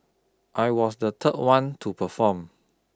I was the third one to perform